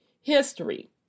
history